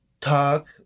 talk